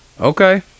Okay